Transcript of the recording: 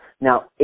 Now